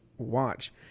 watch